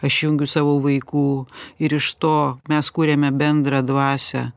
aš jungiu savo vaikų ir iš to mes kuriame bendrą dvasią